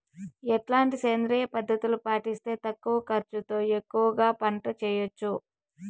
ఎట్లాంటి సేంద్రియ పద్ధతులు పాటిస్తే తక్కువ ఖర్చు తో ఎక్కువగా పంట చేయొచ్చు?